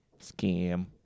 scam